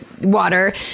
water